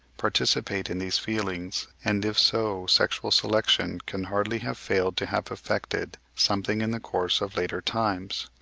participate in these feelings, and if so sexual selection can hardly have failed to have effected something in the course of later times.